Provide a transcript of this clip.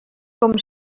com